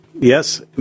Yes